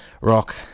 rock